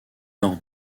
lors